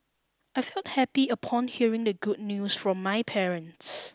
I felt happy upon hearing the good news from my parents